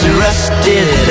rusted